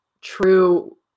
true